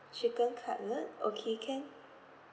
chicken cutlet okay can